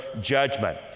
judgment